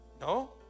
No